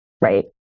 right